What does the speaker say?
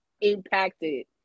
impacted